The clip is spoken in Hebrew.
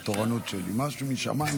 על פי אמנות המס שישראל חתומה עליהן,